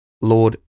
Lord